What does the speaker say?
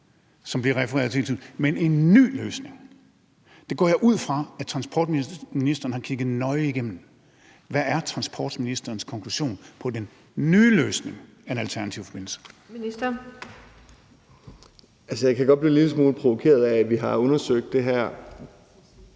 der bliver refereret til hele tiden, men en ny løsning. Det går jeg ud fra at transportministeren har kigget nøje igennem. Hvad er transportministerens konklusion på den nye løsning af en alternativ forbindelse? Kl. 19:39 Den fg. formand (Birgitte Vind): Ministeren.